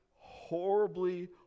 horribly